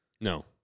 No